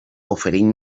oferint